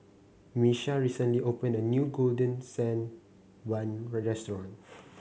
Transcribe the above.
Miesha recently opened a new Golden Sand Bun Restaurant